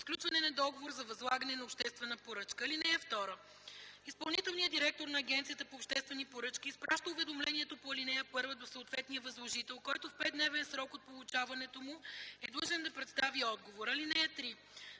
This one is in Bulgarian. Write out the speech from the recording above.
сключване на договор за възлагане на обществена поръчка. (2) Изпълнителният директор на Агенцията по обществени поръчки изпраща уведомлението по ал. 1 до съответния възложител, който в 5-дневен срок от получаването му е длъжен да представи отговор. (3)